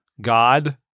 God